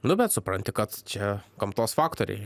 nu bet supranti kad čia gamtos faktoriai